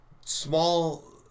Small